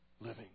living